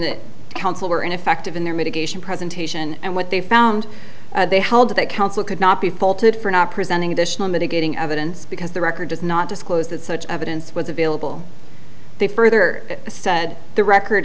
that counsel were ineffective in their mitigation presentation and what they found they held that council could not be faulted for not presenting additional mitigating evidence because the record does not disclose that such evidence was available they further said the record